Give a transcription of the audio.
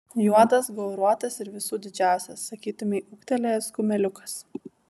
juodas gauruotas ir visų didžiausias sakytumei ūgtelėjęs kumeliukas